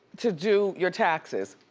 to do your taxes.